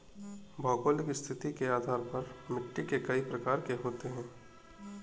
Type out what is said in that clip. भौगोलिक स्थिति के आधार पर मिट्टी के कई प्रकार होते हैं